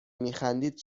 میخندید